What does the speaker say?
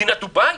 מדינת דובאי?